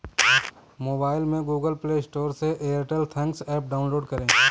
mobile में Google Play Store से Airtel thanks app download करें